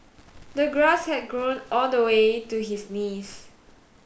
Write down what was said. the grass had grown all the way to his knees